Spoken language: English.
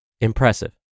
Impressive